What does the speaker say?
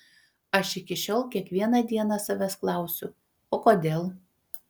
aš iki šiol kiekvieną dieną savęs klausiu o kodėl